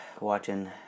watching